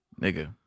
Nigga